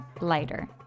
lighter